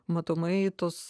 matomai tos